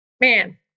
man